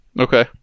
Okay